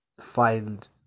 find